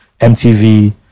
MTV